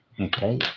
Okay